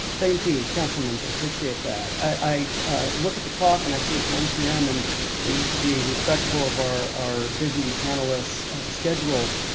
thank you, council member, appreciate that. i look at the clock and i see it's one pm, and we need to be respectful of our our busy panelists' schedules,